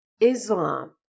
Islam